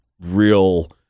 real